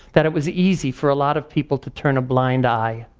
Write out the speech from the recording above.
that it was easy for a lot of people to turn a blind eye.